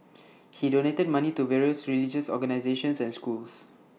he donated money to various religious organisations and schools